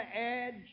edge